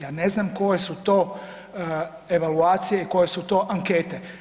Ja ne znam koje su to evaluacije i koje su to ankete.